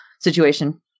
situation